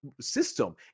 system